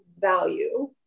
value